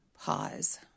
pause